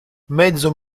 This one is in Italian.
mezzo